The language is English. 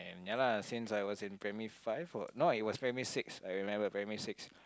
ya lah since I was in primary five or no it was primary six I remembered primary six